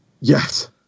Yes